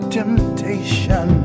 temptation